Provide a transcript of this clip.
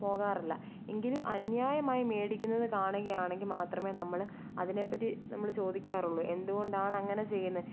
പോകാറില്ല എങ്കിലും അന്യായമായി മേടിക്കുന്നത് കാണുകയാണങ്കിൽ മാത്രമേ നമ്മൾ അതിനെപ്പറ്റി നമ്മൾ ചോദിക്കാറൂള്ളു എന്നതിനെ പറ്റി എന്തുകൊണ്ടാണങ്ങനെ ചെയ്യുന്നേ